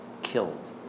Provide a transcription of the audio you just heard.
killed